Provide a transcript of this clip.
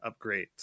upgrades